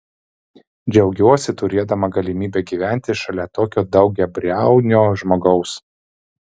džiaugiuosi turėdama galimybę gyventi šalia tokio daugiabriaunio žmogaus